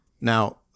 now